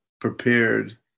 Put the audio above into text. prepared